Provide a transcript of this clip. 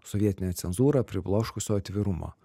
sovietinę cenzūrą pribloškusio atvirumo